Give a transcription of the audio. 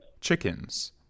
chickens